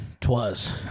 Twas